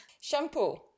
Shampoo